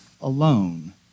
alone